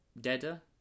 Deader